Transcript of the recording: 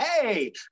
hey